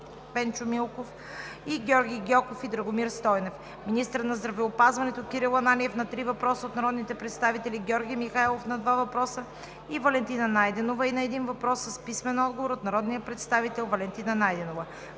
Пенчо Милков; и Георги Гьоков и Драгомир Стойнев; министърът на здравеопазването Кирил Ананиев – на три въпроса от народните представители Георги Михайлов, на два въпроса; и на Валентина Найденова; и на един въпрос с писмен отговор от народния представител Валентина Найденова.